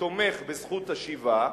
שתומך בזכות השיבה,